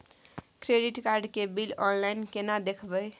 Credit card के bill online केना देखबय?